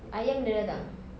ayam dia datang